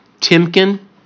Timken